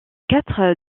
quatre